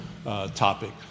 Topic